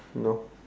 no